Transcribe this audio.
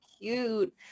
cute